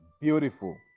beautiful